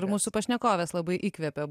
ir mūsų pašnekovės labai įkvepė